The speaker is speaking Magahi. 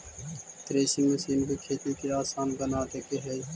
थ्रेसिंग मशीन भी खेती के आसान बना देके हइ